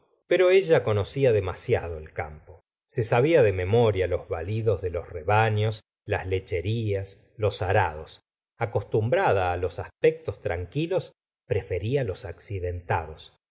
pero ella conocía demasiado el campo se sabia de memoria los balidos de los rebaños las lecherías los arados acostumbrada ít los aspectos tranquilos prefería los accidentados